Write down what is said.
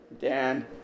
dan